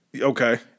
Okay